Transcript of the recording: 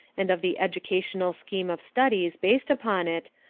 and of the educational scheme of studies based upon it,